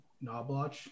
Knobloch